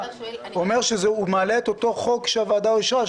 אומר שהוא מעלה את אותו חוק שהוועדה אישרה.